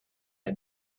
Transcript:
had